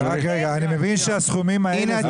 אני מחזיק תלוש שכר של מישהו שהוא